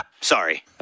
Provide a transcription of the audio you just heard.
Sorry